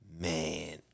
man